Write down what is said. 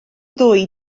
ddoi